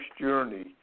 journey